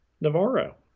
navarro